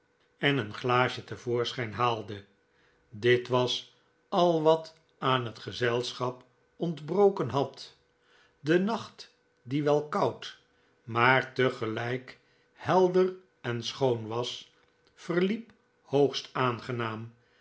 en een glaasje te voorschijn haalde dit was al wat aan het gezelschap ontbroken had de nacht die wel koud maar tegelijk helder en schoon was verliep hoogst aangenaam